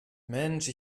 mensch